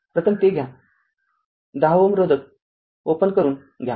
तर प्रथम ते घ्या १० Ω रोधक उघडा करून घ्या